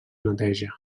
neteja